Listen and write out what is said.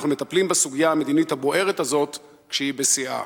אנחנו מטפלים בסוגיה המדינית הבוערת הזו כשהיא בשיאה.